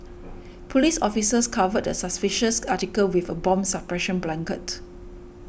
police officers covered a suspicious article with a bomb suppression blanket